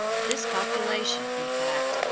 this population, in fact,